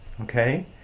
okay